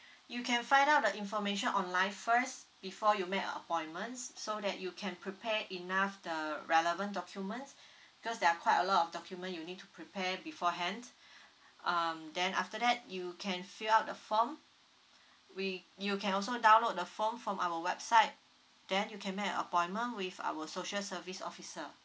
you can find out the information online first before you make a appointments so that you can prepare enough the relevant documents cause there are quite a lot of document you need to prepare beforehand um then after that you can fill up the form we you can also download the form from our website then you can make a appointment with our social service officer